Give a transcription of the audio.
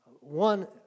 one